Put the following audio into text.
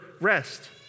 rest